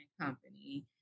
company